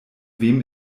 wem